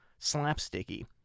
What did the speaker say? slapsticky